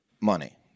money